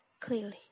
clearly